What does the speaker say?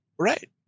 Right